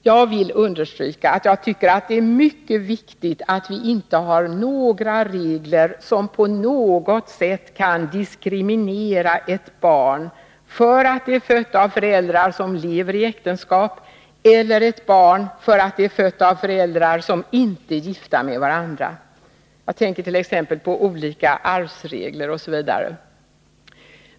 Jag vill understryka att jag tycker att det är mycket viktigt att vi inte har regler som på något sätt kan diskriminera ett barn för att det är fött av föräldrar som lever i äktenskap eller ett barn för att det är fött av föräldrar som inte är gifta med varandra. Jag tänker t.ex. på olika arvsregler.